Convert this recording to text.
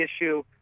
issue